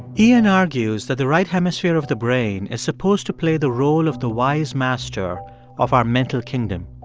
iain argues that the right hemisphere of the brain is supposed to play the role of the wise master of our mental kingdom.